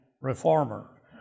reformer